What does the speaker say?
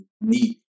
need